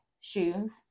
shoes